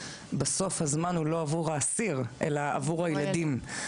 בסוף הזמן הוא לא עבור האסיר אלא עבור הילדים.